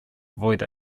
avoid